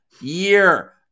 year